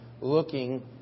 looking